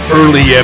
early